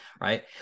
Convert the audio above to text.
Right